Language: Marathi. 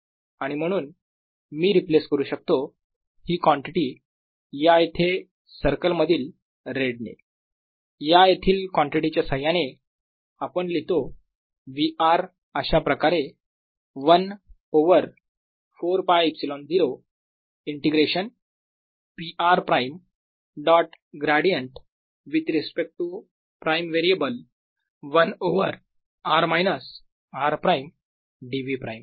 आणि म्हणून मी रिप्लेस करू शकतो ही कॉन्टिटी या इथे सर्कल मधील रेड ने या येथील कॉन्टिटी च्या सहाय्याने आणि लिहितो v r अशाप्रकारे 1 over 4πε0 integration p r prime dot gradient with respect to prime variable 1 over r minus r prime dv prime